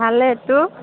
ভালেতো